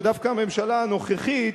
ודווקא הממשלה הנוכחית